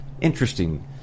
Interesting